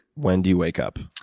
when do you wake up?